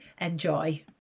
Enjoy